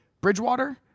Bridgewater